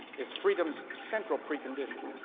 is freedom's central precondition.